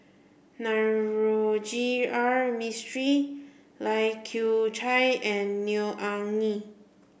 Navroji R Mistri Lai Kew Chai and Neo Anngee